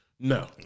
No